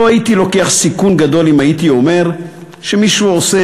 לא הייתי לוקח סיכון גדול אם הייתי אומר שמישהו עושה